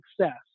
success